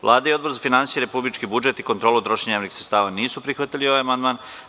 Vlada i Odbor za finansije, republički budžet i kontrolu trošenja javnih sredstava nisu prihvatili amandman.